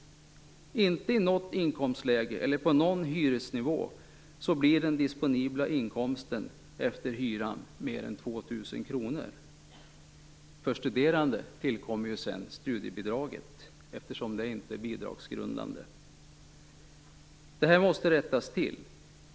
Inte i något inkomstläge eller på någon hyresnivå blir den disponibla inkomsten efter hyran mer än 2 000 kr. För studerande tillkommer sedan studiebidraget, eftersom det inte är bidragsgrundande. Detta måste rättas till.